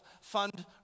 fund